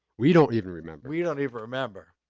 we don't even remember. we don't even remember.